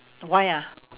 why ah